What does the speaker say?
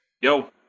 Yo